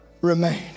remain